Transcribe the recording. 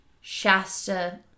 Shasta